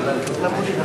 זה הכול.